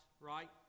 right